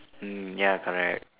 mm ya correct